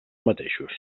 mateixos